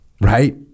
right